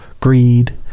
greed